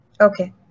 Okay